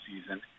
season